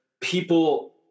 people